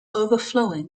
overflowing